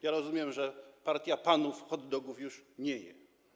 Ja rozumiem, że partia panów hot dogów już nie je.